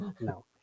No